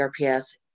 CRPS